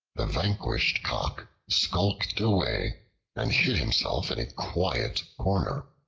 the vanquished cock skulked away and hid himself in a quiet corner,